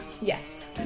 Yes